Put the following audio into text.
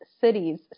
cities